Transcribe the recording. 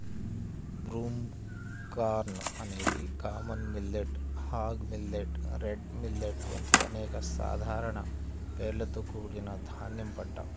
broomcorn అనేది common millet, hog millet, red millet వంటి అనేక సాధారణ పేర్లతో కూడిన ధాన్యం పంట